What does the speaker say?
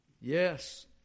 Yes